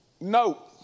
No